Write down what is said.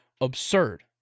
absurd